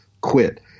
quit